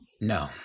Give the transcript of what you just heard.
no